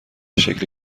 شکل